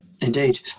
indeed